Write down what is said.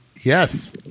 yes